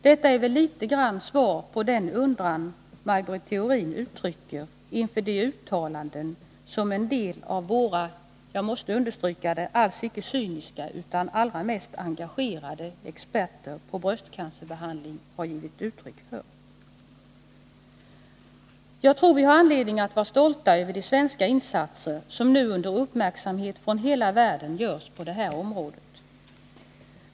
Detta utgör väl till viss del ett svar på Maj Britt Theorins undran inför de uttalanden som en del av våra — jag måste understryka det — alls icke cyniska utan allra mest engagerade experter på bröstcancer har fällt. Jag tror vi har anledning att vara stolta över de insatser som vi gör på detta område. De har uppmärksammats över hela världen.